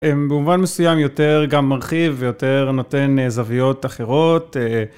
במובן מסוים יותר גם מרחיב ויותר נותן זוויות אחרות.